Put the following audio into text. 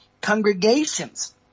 congregations